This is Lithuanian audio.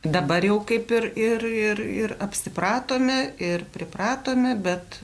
dabar jau kaip ir ir ir ir apsipratome ir pripratome bet